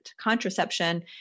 contraception